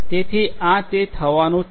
તેથી આ તે થવાનું જ છે